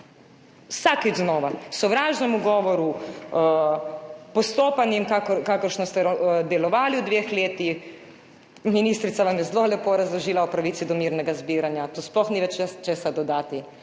Vsakič znova sovražnemu govoru, postopanjem, kakor ste delovali v dveh letih. Ministrica vam je zelo lepo razložila o pravici do mirnega zbiranja, tu sploh ni več česa dodati.